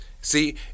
See